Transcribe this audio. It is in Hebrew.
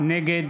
נגד